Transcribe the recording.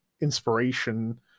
inspiration